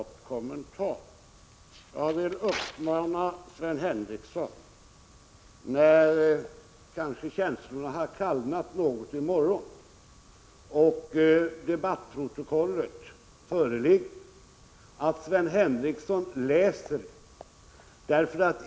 Herr talman! En mycket kort kommentar: Jag vill uppmana Sven Henricsson att läsa debattprotokollet i morgon, för då föreligger det och då har kanske också känslorna svalnat något.